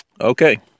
Okay